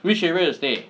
which area you stay